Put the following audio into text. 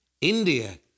India